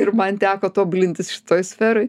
ir man teko tobulintis šitoj sferoj